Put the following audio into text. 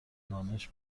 دانش